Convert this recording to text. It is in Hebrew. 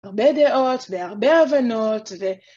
בהרבה דעות, בהרבה הבנות ו...